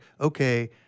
okay